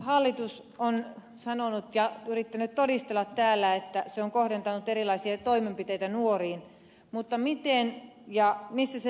hallitus on sanonut ja yrittänyt todistella täällä että se on kohdentanut erilaisia toimenpiteitä nuoriin mutta miten ja missä se näkyy